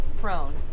prone